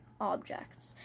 objects